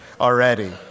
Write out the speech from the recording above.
already